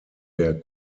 der